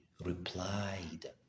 replied